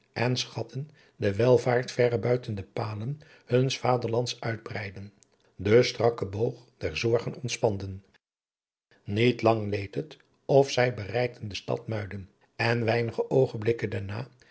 en schatten de welvaart verre buiten de palen huns vaderlands uitbreidden den strakken boog der zorgen ontspanden niet lang leed het of zij bereikten de stad muiden en weinige oogenblikken daarna